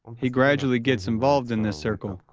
he gradually gets involved in this circle.